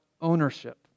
ownership